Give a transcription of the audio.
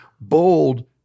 bold